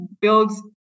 builds